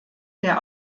der